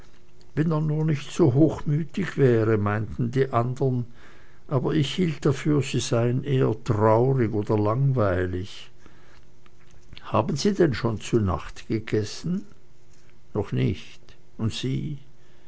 wenn er nur nicht so hochmütig wäre meinten die anderen aber ich hielt dafür sie seien eher traurig oder langweilig haben sie denn schon zu nacht gegessen noch nicht und sie